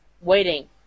waiting